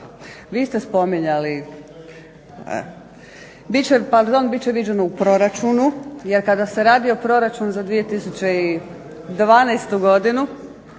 Vi ste spominjali. Pardon, bit će viđeno u proračunu, jer kada se radio proračun za 2012. godinu